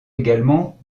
également